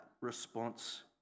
response